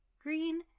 green